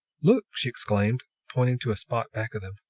look! she exclaimed, pointing to a spot back of them.